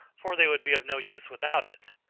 for they would be of no use without it.